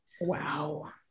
Wow